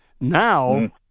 Now